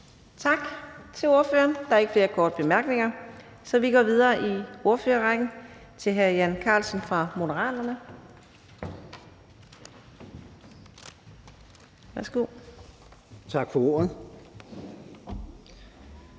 Tak til ordføreren. Der er ikke flere korte bemærkninger, så vi går videre i ordførerrækken til hr. Alex Ahrendtsen fra Dansk Folkeparti. Værsgo. Kl.